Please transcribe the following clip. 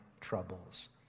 troubles